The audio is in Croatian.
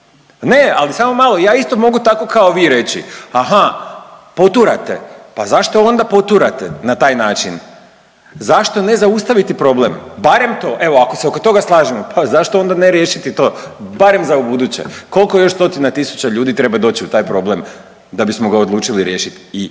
Ne, ali samo malo ja isto mogu tako kao vi reći, aha poturate, pa zašto onda poturate na taj način, zašto ne zaustaviti problem, barem to. Evo se oko toga slažemo, pa zašto onda ne riješiti to barem za ubuduće. Koliko još stotina tisuća ljudi treba doći u taj problem da bismo ga odlučili riješiti. I